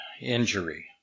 injury